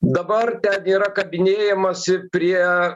dabar ten yra kabinėjamasi prie